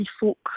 folk